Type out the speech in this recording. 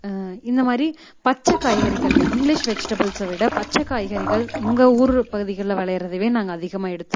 இந்த மாதிரி பச்சை காய்கறிகள் இங்கிலீஷ் வெஜிடபுள்ஸை விட பச்சை காய்கறிகள் எங்கள் ஊர் பகுதிகளில் விளையிறதவே நாங்கள் அதிகமாக எடுத்துப்போம்